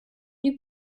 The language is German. die